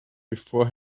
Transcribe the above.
before